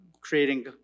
creating